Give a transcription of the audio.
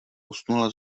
usnula